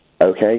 Okay